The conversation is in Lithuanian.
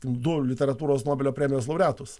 du literatūros nobelio premijos laureatus